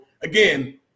again